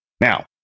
Now